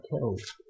kills